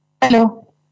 Hello